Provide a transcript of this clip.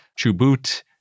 Chubut